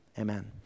amen